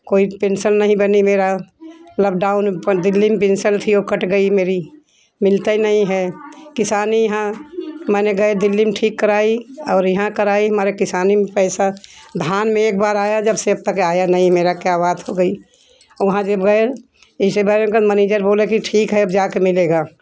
कोई पेंसन नहीं बनी मेरा लॉकडाउन पर दिल्ली में पेंसन थी ओ कट गई मेरी मिलता ही नहीं है किसान इहाँ माने गए दिल्ली में ठीक कराइ और यहाँ कराइ हमारे किसानी में पैसा धान में एक बार आया जब से अब तक आया नहीं मेरा क्या बात हो गई मनीजर बोला कि ठीक है अब जाकर मिलेगा